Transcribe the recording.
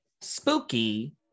spooky